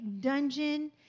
dungeon